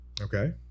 Okay